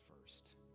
first